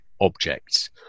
objects